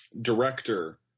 director